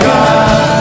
God